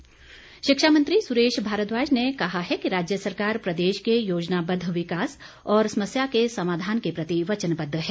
भारद्वाज शिक्षा मंत्री सुरेश भारद्वाज ने कहा है कि राज्य सरकार प्रदेश के योजनाबद्व विकास और समस्या के समाधान के वचनबद्व है